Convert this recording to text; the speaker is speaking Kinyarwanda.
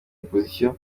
opposition